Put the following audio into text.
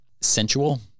sensual